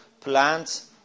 plants